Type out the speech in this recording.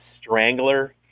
strangler